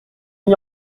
mis